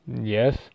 yes